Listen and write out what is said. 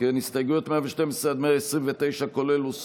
הסתייגויות 112 עד 129, כולל, הוסרו.